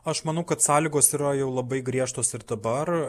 aš manau kad sąlygos yra jau labai griežtos ir dabar